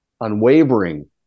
unwavering